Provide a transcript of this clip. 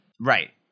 Right